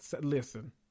Listen